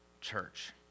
church